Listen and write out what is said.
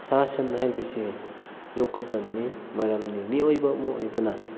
ꯁꯥ ꯁꯟ ꯍꯥꯏꯕꯁꯤ ꯌꯣꯛꯀꯗꯕꯅꯤ ꯃꯔꯝꯗꯤ ꯃꯤꯑꯣꯏꯕ ꯑꯃ ꯑꯣꯏꯕꯅ